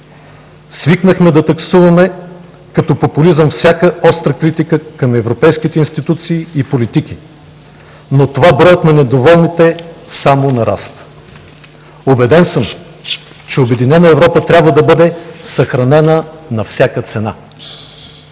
Свикнахме да таксуваме като популизъм всяка остра критика към европейските институции и политики, но от това броят на недоволните само нараства. Убеден съм, че обединена Европа трябва да бъде съхранена на всяка цена.